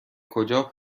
کجا